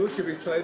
הצבעה בעד,